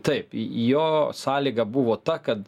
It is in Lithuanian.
taip į į jo sąlygą buvo ta kad